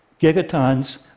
gigatons